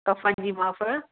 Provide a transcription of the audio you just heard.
कफ़नि जी मापु